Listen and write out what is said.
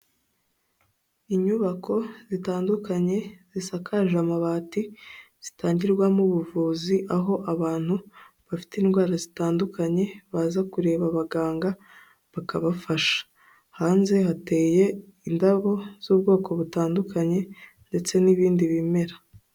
Inyubako zitandukanye zisakaje amabati, zitangirwamo ubuvuzi, aho abantu bafite indwara zitandukanye baza kureba abaganga bakabafasha, hanze hateye indabo z'ubwoko butandukanye ndetse n'ibindi bimera.